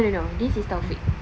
no no no this is taufik